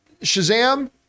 Shazam